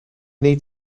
need